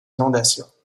inondations